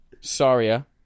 Saria